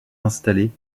installés